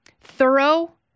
thorough